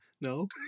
no